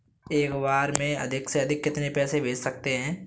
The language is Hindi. एक बार में अधिक से अधिक कितने पैसे भेज सकते हैं?